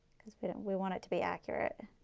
because we you know we want it to be accurate.